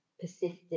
persisted